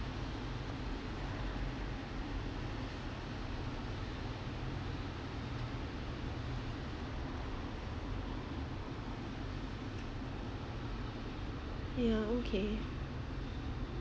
ya okay